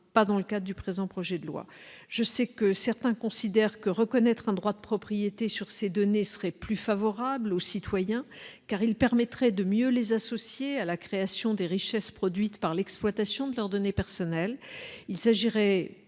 pas dans le cas du présent projet de loi, je sais que certains considèrent que reconnaître un droit de propriété sur ces données seraient plus favorables aux citoyens car il permettrait de mieux les associer à la création des richesses produites par l'exploitation de leurs données personnelles, il s'agirait